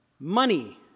Money